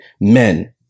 men